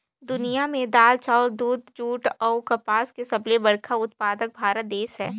दुनिया में दाल, चावल, दूध, जूट अऊ कपास के सबले बड़ा उत्पादक भारत देश हे